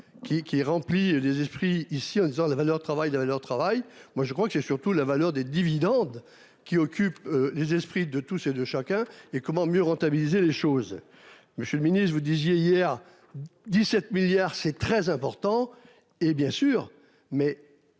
qui remplit les esprits ici en disant la valeur travail de leur travail, moi je crois que c'est surtout la valeur des dividendes qui occupe les esprits de tous et de chacun et comment mieux rentabiliser les choses. Monsieur le Ministre, vous disiez hier. 17 milliards, c'est très important et, bien sûr mais.